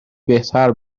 بهتر